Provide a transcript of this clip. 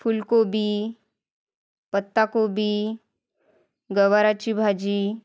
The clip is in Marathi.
फुलकोबी पत्ता कोबी गवाराची भाजी